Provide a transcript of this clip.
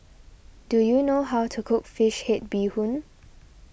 do you know how to cook Fish Head Bee Hoon